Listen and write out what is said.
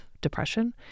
depression